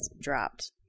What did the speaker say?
dropped